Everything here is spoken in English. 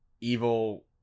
evil